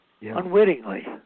unwittingly